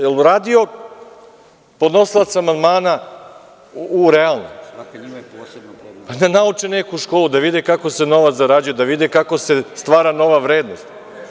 Da li je radio podnosilac amandmana u realnom sektoru, pa da nauče neku školu, da vide kako se novac zarađuje, da vide kako se stvara nova vrednost?